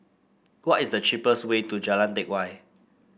what is the cheapest way to Jalan Teck Whye